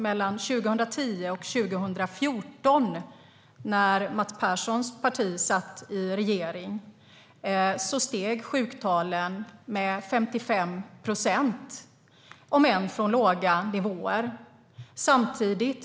Mellan 2010 och 2014, när Mats Perssons parti satt i regering, steg ju sjuktalen med 55 procent, om än från låga nivåer.